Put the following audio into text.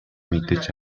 мэдэж